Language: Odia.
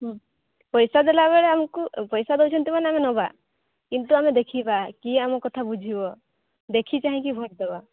ହୁଁ ପଇସା ଦେଲାବେଳେ ଆମକୁ ପଇସା ଦେଉଛନ୍ତି ମାନେ ନେବା କିନ୍ତୁ ଆମେ ଦେଖିବା କିଏ ଆମ କଥା ବୁଝିବ ଦେଖି ଚାହିଁକି ଭୋଟ ଦେବା